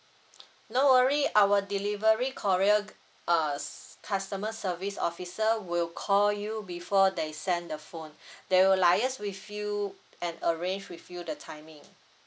no worry our delivery courier err s~ customer service officer will call you before they send the phone they will liaise with you and arrange with you the timing